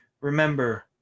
remember